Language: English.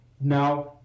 now